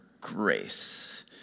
grace